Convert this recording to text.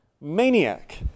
maniac